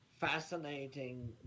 fascinating